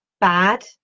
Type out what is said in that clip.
bad